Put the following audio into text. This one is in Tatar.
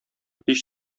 һич